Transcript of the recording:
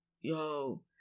yo